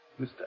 Mr